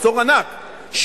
מחסור ענק,